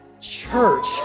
church